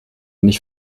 nicht